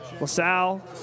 LaSalle